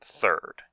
third